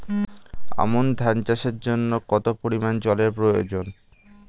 আমন ধান চাষের জন্য কত পরিমান জল এর প্রয়োজন?